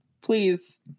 please